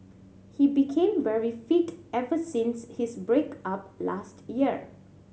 he became very fit ever since his break up last year